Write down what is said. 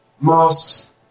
Masks